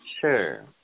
Sure